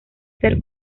ser